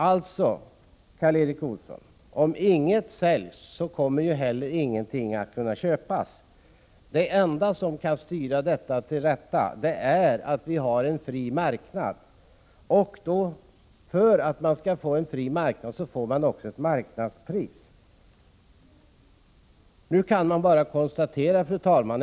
Om ingenting säljs, Karl Erik Olsson, kommer heller ingenting att kunna köpas. Det enda som kan styra detta till rätta är att vi har en fri marknad. För att få en fri marknad behövs också ett marknadspris.